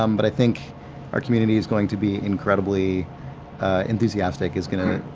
um but i think our community is going to be incredibly enthusiastic. is going to,